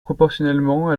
proportionnellement